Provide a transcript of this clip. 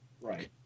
Right